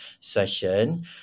session